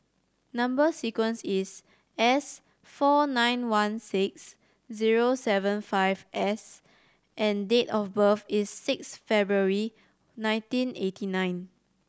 number sequence is S four nine one six zero seven five S and date of birth is six February nineteen eighty nine